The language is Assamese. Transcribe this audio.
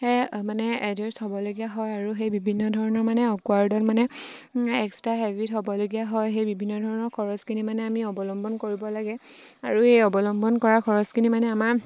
মানে এডজাষ্ট হ'বলগীয়া হয় আৰু সেই বিভিন্ন ধৰণৰ মানে অকৱাৰ্ডত মানে এক্সট্ৰা হেবিট হ'বলগীয়া হয় সেই বিভিন্ন ধৰণৰ খৰচখিনি মানে আমি অৱলম্বন কৰিব লাগে আৰু এই অৱলম্বন কৰা খৰচখিনি মানে আমাৰ